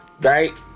right